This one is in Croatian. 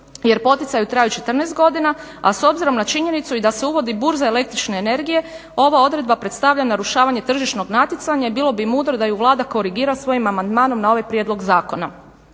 jer poticaji traju 14 godina, a s obzirom na činjenicu i da se uvodi burza električne energije ova odredba predstavlja narušavanje tržišnog natjecanja i bilo bi mudro da ju Vlada korigira svojim amandmanom na ovaj prijedlog zakona.